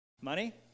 Money